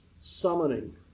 summoning